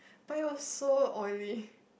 but it was so oily